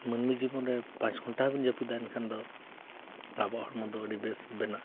ᱢᱟᱹᱱᱢᱤ ᱡᱤᱵᱚᱱ ᱨᱮ ᱯᱟᱸᱪ ᱜᱷᱚᱱᱴᱟ ᱦᱚᱸᱵᱚᱱ ᱡᱟᱹᱯᱤᱫ ᱫᱟ ᱮᱱᱠᱷᱟᱱ ᱫᱚ ᱟᱵᱚᱣᱟᱜ ᱦᱚᱲᱢᱚ ᱫᱚ ᱟᱹᱰᱤ ᱵᱮᱥ ᱵᱮᱱᱟᱜᱼᱟ